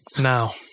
Now